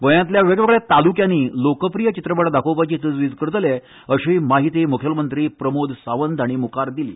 गोंयांतल्या वेगवेगळ्या तालुक्यांनी लोकप्रीय चित्रपट दाखोवपाची तजवीज करतले अशीय माहिती मुखेलमंत्री प्रमोद सावंत हांणी दिल्या